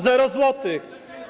Zero złotych.